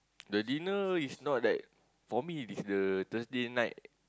the dinner is not that for me it is the Thursday night